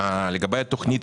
זה 190,000 בתוכנית